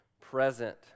present